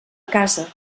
casa